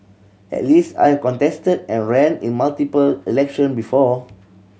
at least I have contested and ran in multiple election before